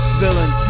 villain